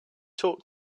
talk